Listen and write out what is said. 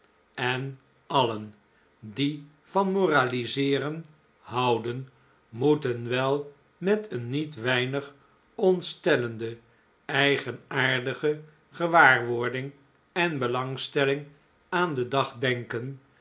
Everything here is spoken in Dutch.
en alien die van moraliseeren houden moeten wel met een niet weinig ontstellende eigenaardige gewaarwording en belangstelling aan den dag denken